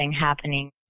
happening